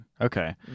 okay